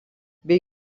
bei